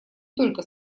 только